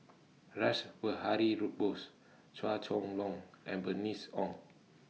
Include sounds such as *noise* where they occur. Rash Behari *unintelligible* Bose Chua Chong Long and Bernice Ong